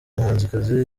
muhanzikazi